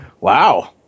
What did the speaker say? Wow